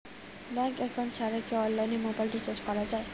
Bank account ছাড়া কি অনলাইনে মোবাইল রিচার্জ করা যায়?